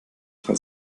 fall